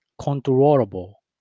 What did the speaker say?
controllable